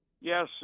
Yes